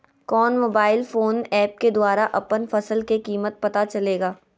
कौन mobile phone app के द्वारा अपन फसल के कीमत पता चलेगा?